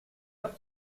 heure